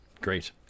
Great